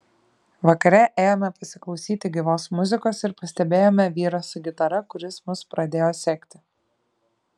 vakare ėjome pasiklausyti gyvos muzikos ir pastebėjome vyrą su gitara kuris mus pradėjo sekti